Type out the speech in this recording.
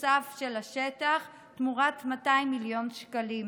נוסף של השטח תמורת 200 מיליון שקלים.